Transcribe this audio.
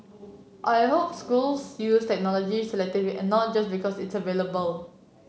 I hope schools use technology selectively and not just because it's available